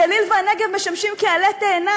הגליל והנגב משמשים עלה תאנה,